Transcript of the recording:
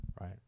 Right